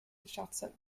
richardson